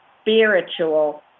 spiritual